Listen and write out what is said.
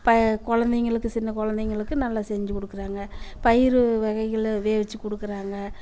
பய குழந்தைங்களுக்கு சின்ன குழந்தைங்களுக்கு நல்லா செஞ்சு கொடுக்குறாங்க பயிறு வகைகளை வேக வச்சி கொடுக்குறாங்க